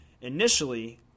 initially